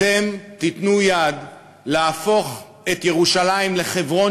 אתם תיתנו יד להפוך את ירושלים לחברון